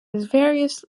various